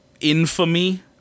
infamy